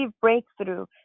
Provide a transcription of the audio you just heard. breakthrough